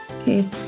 Okay